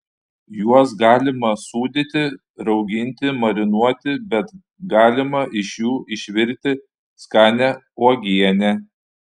juos galima sūdyti rauginti marinuoti bet galima iš jų išvirti skanią uogienę